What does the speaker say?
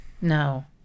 No